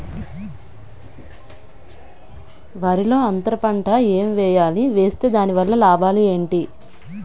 వరిలో అంతర పంట ఎం వేయాలి? వేస్తే దాని వల్ల లాభాలు ఏంటి?